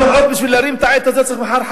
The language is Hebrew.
מחר, בשביל להרים את העט הזה, נצטרך חקיקה.